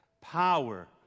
power